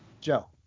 Joe